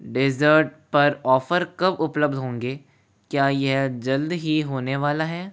dessert पर offer कब उपलब्ध होंगे क्या यह जल्द ही होने वाला है